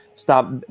Stop